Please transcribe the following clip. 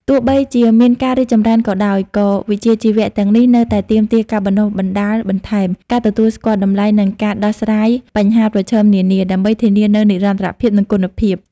ទោះបីជាមានការរីកចម្រើនក៏ដោយ ក៏វិជ្ជាជីវៈទាំងនេះនៅតែទាមទារការបណ្ដុះបណ្ដាលបន្ថែម ការទទួលស្គាល់តម្លៃ និងការដោះស្រាយបញ្ហាប្រឈមនានា ដើម្បីធានានូវនិរន្តរភាព និងគុណភាព។